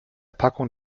packung